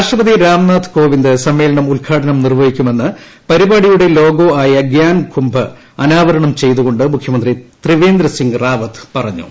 രാഷ്ട്രപതി രാംനാഥ് കോവിന്ദ് സമ്മേളനം ഉദ്ഘാടനം നിർവ്വഹിക്കുമെന്ന് പരിപാടിയുടെ ലോഗോ ആയ ഗ്യാൻകുംഭ് അനാവരണം ചെയ്ത് കൊണ്ട് മുഖ്യമന്ത്രി ത്രിവേന്ദ്രസിംഗ് റാവത്ത് പറഞ്ഞു